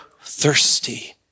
thirsty